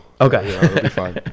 okay